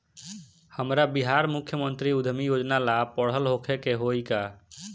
हमरा बिहार मुख्यमंत्री उद्यमी योजना ला पढ़ल होखे के होई का?